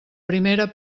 primera